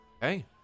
Hey